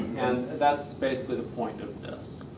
and that's basically the point of this.